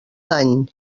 dany